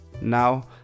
Now